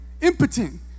impotent